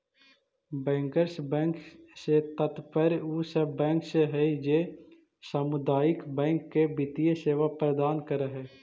bankers bank से तात्पर्य उ सब बैंक से हइ जे सामुदायिक बैंक के वित्तीय सेवा प्रदान करऽ हइ